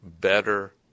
better